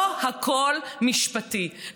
לא הכול משפטי,